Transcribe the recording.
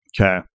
Okay